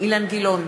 אילן גילאון,